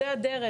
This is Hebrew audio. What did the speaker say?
זה הדרך